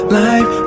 life